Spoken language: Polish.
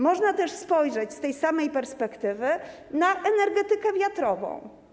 Można też spojrzeć z tej samej perspektywy na energetykę wiatrową.